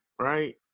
right